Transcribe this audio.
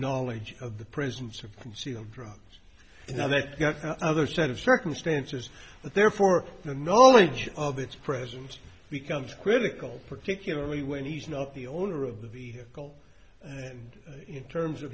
knowledge of the presence or conceal drug you know that other set of circumstances that therefore the knowing of its presence becomes critical particularly when he's not the owner of the vehicle and in terms of